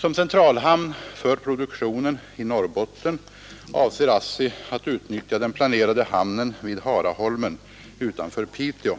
Som centralhamn för produktionen i Norrbotten avser ASSI att utnyttja den planerade hamnen vid Haraholmen utanför Piteå.